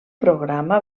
programa